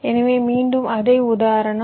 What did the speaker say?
எனவே மீண்டும் அதே உதாரணம்